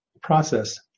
process